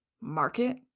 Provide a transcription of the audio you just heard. market